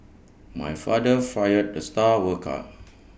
my father fired the star worker